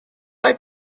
buy